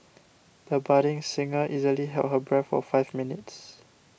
the budding singer easily held her breath for five minutes